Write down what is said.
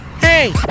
Hey